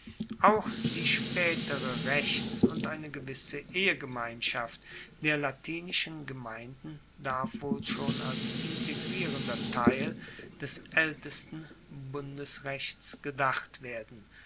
auch die spaetere rechts und eine gewisse ehegemeinschaft der latinischen gemeinden darf wohl schon als integrierender teil des aeltesten bundesrechts gedacht werden